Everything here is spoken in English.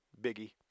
Biggie